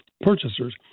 purchasers